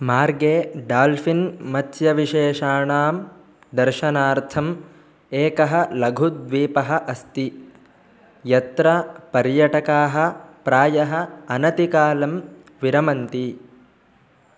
मार्गे डाल्फ़िन् मत्स्यविशेषाणां दर्शनार्थम् एकः लघुद्वीपः अस्ति यत्र पर्यटकाः प्रायः अनतिकालं विरमन्ति